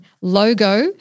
logo